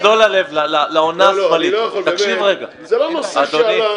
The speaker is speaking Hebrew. זה לא נושא שעלה.